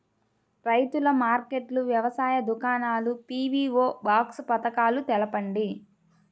రైతుల మార్కెట్లు, వ్యవసాయ దుకాణాలు, పీ.వీ.ఓ బాక్స్ పథకాలు తెలుపండి?